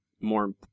more